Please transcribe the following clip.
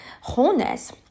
wholeness